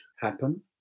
happen